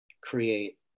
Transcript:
create